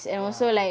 ya